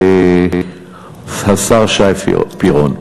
השר שי פירון.